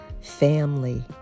family